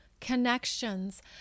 connections